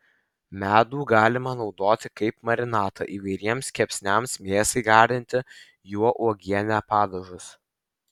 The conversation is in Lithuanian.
medų galima naudoti kaip marinatą įvairiems kepsniams mėsai gardinti juo uogienę padažus